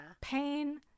pain